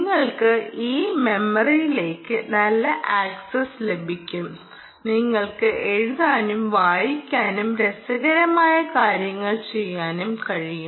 നിങ്ങൾക്ക് ഈ മെമ്മറിയിലേക്ക് നല്ല ആക്സസ് ലഭിക്കണം നിങ്ങൾക്ക് എഴുതാനും വായിക്കാനും രസകരമായ കാര്യങ്ങൾ ചെയ്യാനും കഴിയും